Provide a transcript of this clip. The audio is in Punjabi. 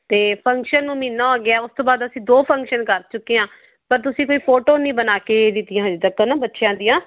ਅਤੇ ਫੰਕਸ਼ਨ ਨੂੰ ਮਹੀਨਾ ਹੋ ਗਿਆ ਉਸ ਤੋਂ ਬਾਅਦ ਅਸੀਂ ਦੋ ਫੰਕਸ਼ਨ ਕਰ ਚੁੱਕੇ ਹਾਂ ਪਰ ਤੁਸੀਂ ਕੋਈ ਫੋਟੋ ਨਹੀਂ ਬਣਾ ਕੇ ਦਿੱਤੀਆਂ ਹਜੇ ਤੱਕ ਨਾ ਬੱਚਿਆਂ ਦੀਆਂ